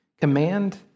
command